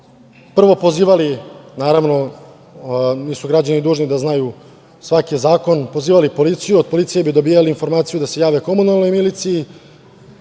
prvo pozivali, naravno, nisu građani dužni da znaju svaki zakon, pozivali policiju, od policije bi dobijali informaciju da se jave komunalnoj miliciji.